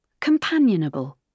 companionable